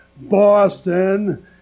Boston